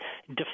define